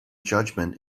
judgment